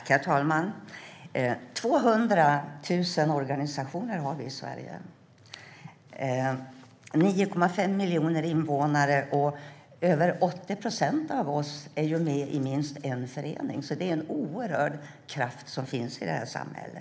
Herr talman! Vi har 200 000 organisationer i Sverige. Vi är 9,5 miljoner invånare, och över 80 procent av oss är med i minst en förening. Det finns alltså en oerhörd kraft i vårt samhälle.